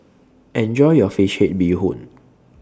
Enjoy your Fish Head Bee Hoon